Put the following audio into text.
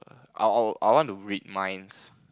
err I'll I'll I'll want to read minds